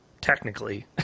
technically